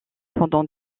pendant